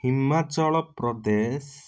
Himachal Pradesh